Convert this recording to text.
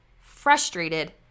frustrated